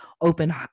open